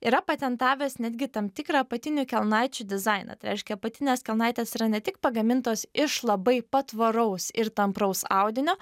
yra patentavęs netgi tam tikrą apatinių kelnaičių dizainą tai reiškia apatinės kelnaitės yra ne tik pagamintos iš labai patvaraus ir tampraus audinio